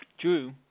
True